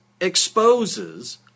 exposes